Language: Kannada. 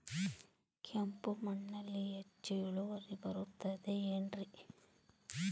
ಕೆಂಪು ಮಣ್ಣಲ್ಲಿ ಹೆಚ್ಚು ಇಳುವರಿ ಬರುತ್ತದೆ ಏನ್ರಿ?